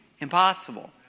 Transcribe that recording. impossible